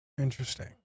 interesting